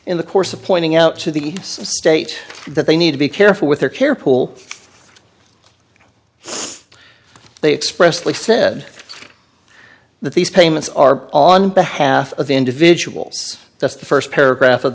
in the course of pointing out to the state that they need to be careful with their care pool they express lee said that these payments are on behalf of individuals just the first paragraph of